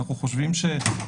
לדעתנו,